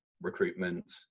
Recruitment